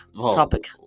Topic